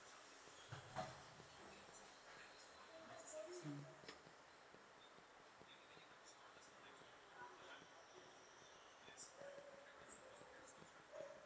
mm